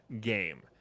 game